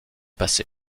passer